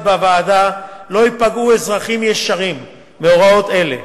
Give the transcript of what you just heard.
בוועדה לא ייפגעו אזרחים ישרים מהוראות אלה.